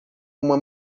uma